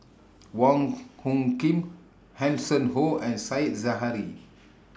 Wong Hung Khim Hanson Ho and Said Zahari